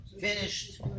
finished